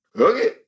okay